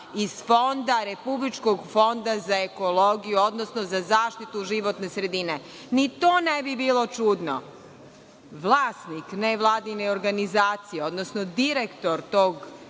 iz Republičkog fonda za ekologiju, odnosno za zaštitu životne sredine. Ni to ne bi bilo čudno, vlasnik nevladine organizacije, odnosno direktor tog,